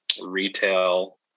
retail